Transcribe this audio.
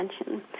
attention